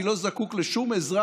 אני לא זקוק לשום עזרה.